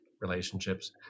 relationships